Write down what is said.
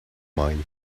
mine